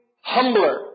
humbler